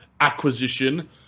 acquisition